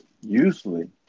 usually